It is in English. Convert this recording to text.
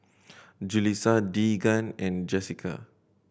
Julissa Deegan and Jessica